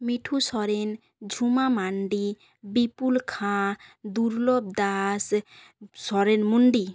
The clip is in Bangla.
মিঠু সরেন ঝুমা মাণ্ডি বিপুল খাঁ দুর্লভ দাস সরেন মুণ্ডি